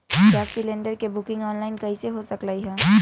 Gas cylinder के booking online कईसे हो सकलई ह?